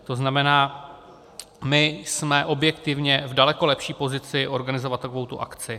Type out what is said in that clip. To znamená, my jsme objektivně v daleko lepší pozici organizovat takovou akci.